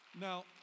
Now